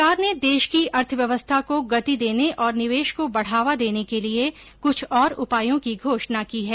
सरकार ने देश की अर्थव्यवस्था को गति देने और निवेश को बढ़ावा देने के लिए कुछ और उपायों की घोषणा की है